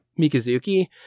Mikazuki